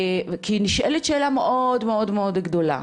כי נשאלת שאלה מאוד מאוד גדולה,